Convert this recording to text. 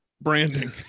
branding